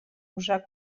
usar